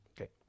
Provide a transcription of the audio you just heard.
Okay